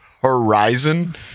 Horizon